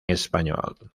español